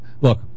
look